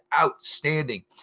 outstanding